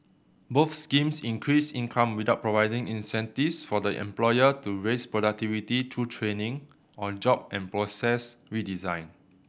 both schemes increased income without providing incentives for the employer to raise productivity through training or job and process redesign